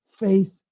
Faith